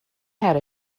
had